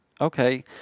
okay